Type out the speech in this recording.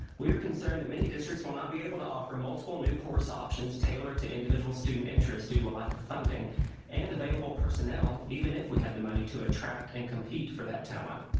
we are concerned that many districts will not be able to offer multiple new course options tailored to individual student interest due to a lack of funding and available personnel even if we had the money to attract and compete for that talent